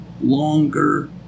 longer